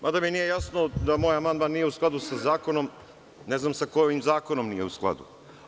Mada mi nije jasno da moj amandman nije u skladu sa zakonom, ne znam sa kojim zakonom nije u skladu?